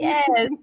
Yes